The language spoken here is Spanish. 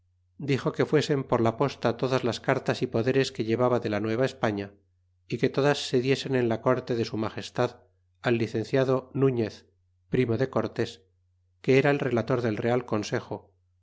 dixo que fuesen por la posta todaslas cartas y poderes que llevaba de la nueva españa y que todas se diesen en la corte de su magestad al licenciado nuñez primo decortés que era relator del real consejo